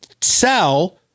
sell